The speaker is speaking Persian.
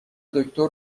دکتر